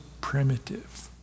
primitive